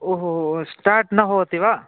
start न भवति वा